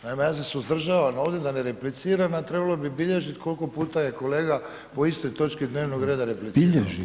Naime, ja sa suzdržavam ovdje da ne repliciram, a trebalo bi bilježit kolko puta je kolega po istoj točki dnevnog reda replicirao.